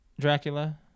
dracula